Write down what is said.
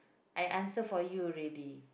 I answer for you already